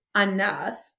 enough